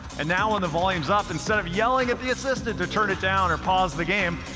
and now, when the volume's up, instead of yelling at the assistant to turn it down or pause the game,